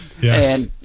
Yes